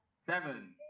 seven